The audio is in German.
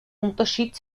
unterschied